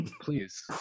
Please